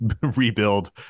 rebuild